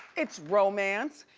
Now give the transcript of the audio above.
it's romance,